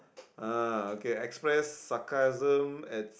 ah okay express sarcasm at